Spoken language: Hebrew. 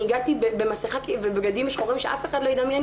אני הגעתי במסכה ובבגדים שחורים שאף אחד לא ידמיין,